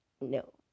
No